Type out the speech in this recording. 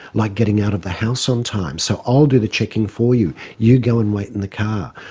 like getting out of the house on time, so, i'll do the checking for you, you go and wait in the car.